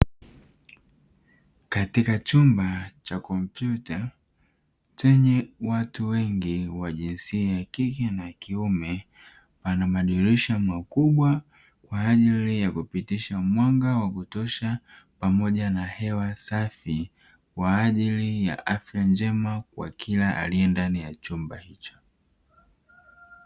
Katika chumba cha kompyuta chenye watu wengi wa jinsia ya kike na kiume pana madirisha makubwa kwa ajili ya kupitisha mwanga wa kutosha pamoja na hewa safi kwa ajili ya afya njema kwa kila aliye ndani ya chumba hicho.